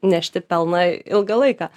nešti pelną ilgą laiką